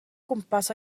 gwmpas